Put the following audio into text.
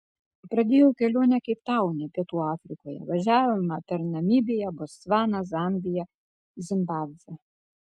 pradėjau kelionę keiptaune pietų afrikoje važiavome per namibiją botsvaną zambiją zimbabvę